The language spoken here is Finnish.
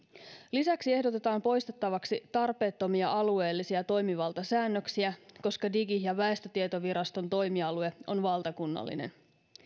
lisäksi ehdotetaan poistettavaksi tarpeettomia alueellisia toimivaltasäännöksiä koska digi ja väestötietoviraston toimialue on valtakunnallinen